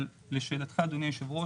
אבל לשאלתך אדוני היושב-ראש,